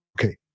Okay